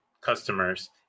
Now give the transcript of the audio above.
customers